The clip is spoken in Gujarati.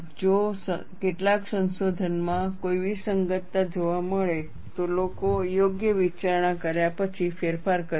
જો કેટલાક સંશોધનમાં કોઈ વિસંગતતા જોવા મળે છે તો લોકો યોગ્ય વિચારણા કર્યા પછી ફેરફાર કરે છે